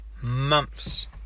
months